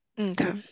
Okay